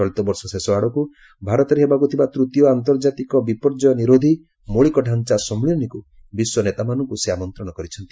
ଚଳିତ ବର୍ଷ ଶେଷ ଆଡ଼କୁ ଭାରତରେ ହେବାକୁ ଥିବା ତୃତୀୟ ଆନ୍ତର୍ଜାତିକ ବିପର୍ଯ୍ୟୟ ନିରୋଧି ମୌଳିକତାଞ୍ଚା ସମ୍ମିଳନୀକୁ ବିଶ୍ୱନେତାମାନଙ୍କୁ ଆମନ୍ତ୍ରଣ କରିଛନ୍ତି